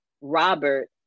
Robert